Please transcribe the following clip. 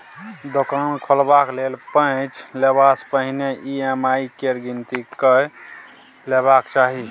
दोकान खोलबाक लेल पैंच लेबासँ पहिने ई.एम.आई केर गिनती कए लेबाक चाही